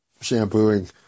shampooing